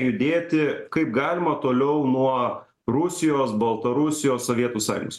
judėti kaip galima toliau nuo rusijos baltarusijos sovietų sąjungos